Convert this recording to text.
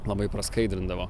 labai praskaidrindavo